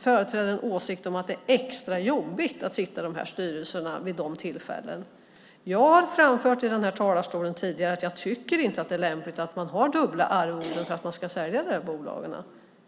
företräder en åsikt att det är extra jobbigt att sitta i de här styrelserna vid de tillfällena. Jag har framfört i den här talarstolen tidigare att jag inte tycker att det är lämpligt att man har dubbla arvoden för att de här bolagen ska säljas.